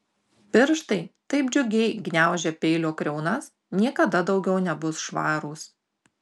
pirštai taip džiugiai gniaužę peilio kriaunas niekada daugiau nebus švarūs